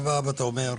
אתה בא ואתה אומר,